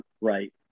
right